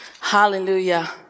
Hallelujah